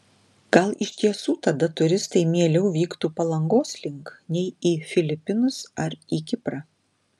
gal iš tiesų tada turistai mieliau vyktų palangos link nei į filipinus ar į kiprą